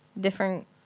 different